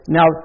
Now